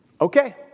Okay